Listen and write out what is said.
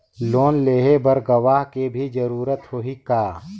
Loan लेहे बर गवाह के भी जरूरत होही का?